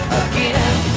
again